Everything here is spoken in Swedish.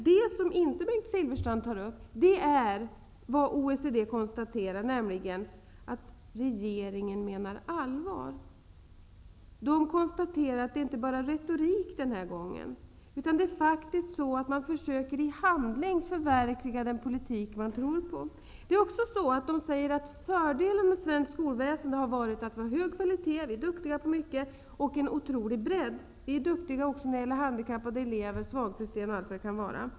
Det som Bengt Silfverstrand inte tar upp är OECD:s konstaterande att regeringen menar allvar. OECD konstaterar att det inte enbart handlar om retorik den här gången, utan att man i handling faktiskt försöker förverkliga den politik som man tror på. De säger också att fördelarna med svenskt skolväsen har varit hög kvalitet -- vi i Sverige är duktiga på mycket -- och otrolig bredd. Vi i Sverige är också duktiga på att ordna för handikappade och svagpresterande elever m.m.